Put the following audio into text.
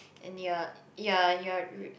and you are you are you are you